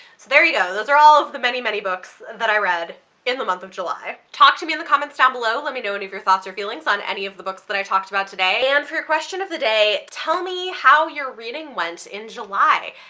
so there you go, those are all of the many many books that i read in the month of july. talk to me in the comments down below, let me know any of your thoughts or feelings on any of the books that i talked about today and for your question of the day, tell me how your reading went in july.